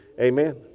Amen